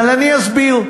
אבל אני אסביר: